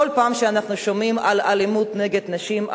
כל פעם אנחנו שומעים על אלימות נגד נשים,